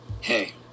Hey